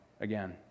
again